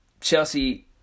Chelsea